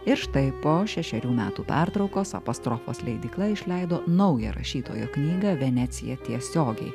ir štai po šešerių metų pertraukos apostrofos leidykla išleido naują rašytojo knygą venecija tiesiogiai